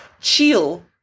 chill